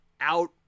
out-